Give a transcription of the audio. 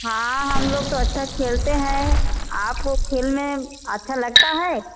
हाँ हम लोग तो अच्छा खेलते हैं आपको खेलने अच्छा लगता है